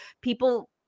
people